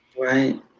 Right